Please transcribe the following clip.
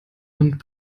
und